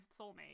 soulmate